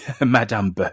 Madame